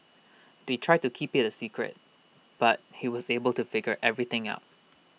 they tried to keep IT A secret but he was able to figure everything out